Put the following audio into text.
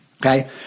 okay